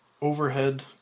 overhead